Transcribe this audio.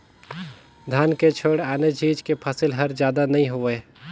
धान के छोयड़ आने चीज के फसल हर जादा नइ होवय